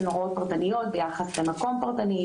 שהן הוראות פרטניות והן ביחס למקום פרטני,